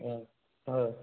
ꯎꯝ ꯍꯣꯏ